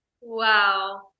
Wow